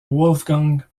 wolfgang